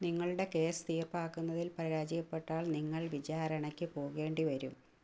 നിങ്ങളുടെ കേസ് തീർപ്പാക്കുന്നതിൽ പരാജയപ്പെട്ടാൽ നിങ്ങൾ വിചാരണയ്ക്ക് പോകേണ്ടി വരും